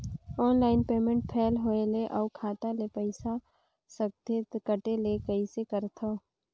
Online payment fail होय ले अउ खाता ले पईसा सकथे कटे ले कइसे करथव?